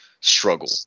struggle